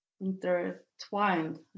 intertwined